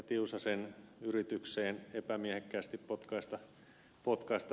tiusasen yritykseen epämiehekkäästi potkaista vyön alle